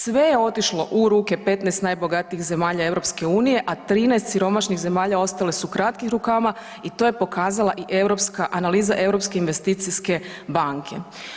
Sve je otišlo u ruke 15 najbogatijih zemalja EU, a 13 siromašnih zemalja ostale su kratkih rukava i to je pokazala i europska, analiza Europske investicijske banke.